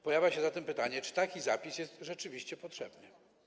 Pojawia się zatem pytanie: Czy taki zapis jest rzeczywiście potrzebny?